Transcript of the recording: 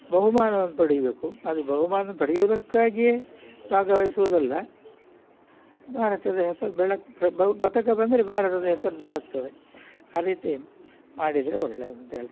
ಬಹುಮಾನವನ್ನ ಪಡಿಬೇಕು ಅದು ಬಹುಮಾನ ಪಡಿಯುವುದಕ್ಕಾಗಿಯೇ ಭಾಗವಹಿಸೋದಲ್ಲ ಭಾರತದ ಹೆಸರು ಬೆಳಕು ಪದಕ ಬಂದರೆ ಭಾರತದ ಹೆಸರು ಬೆಳಗ್ತದೆ ಆ ರೀತಿ ಮಾಡಿದರೆ ಒಳ್ಳೇದು ಅಂತ ಹೇಳ್ತೇನೆ